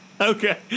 Okay